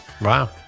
Wow